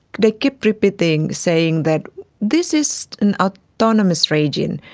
they keep repeating, saying that this is an ah autonomous regime,